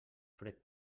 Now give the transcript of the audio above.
fred